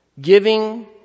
Giving